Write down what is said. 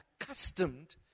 accustomed